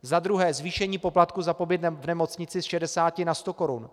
Za druhé zvýšení poplatku za pobyt v nemocnici z 60 na 100 korun.